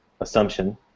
assumption